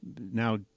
now